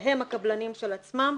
זה הם הקבלנים של עצמם,